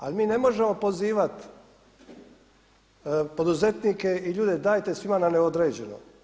Ali mi ne možemo pozivati poduzetnike i ljude dajte svima na neodređeno.